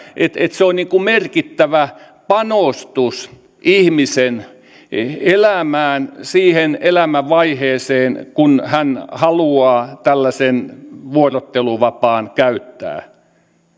se on merkittävä panostus ihmisen elämään siihen elämänvaiheeseen kun hän haluaa tällaisen vuorotteluvapaan käyttää